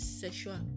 sexual